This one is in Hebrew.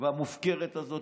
המטופשת הזאת והמופקרת הזאת,